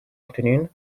afternoon